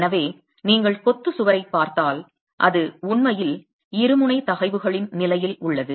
எனவே நீங்கள் கொத்து சுவரைப் பார்த்தால் அது உண்மையில் இருமுனை தகைவுகளின் நிலையில் உள்ளது